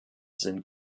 sind